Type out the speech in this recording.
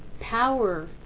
power